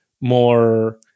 more